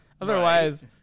Otherwise